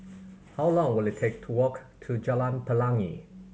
how long will it take to walk to Jalan Pelangi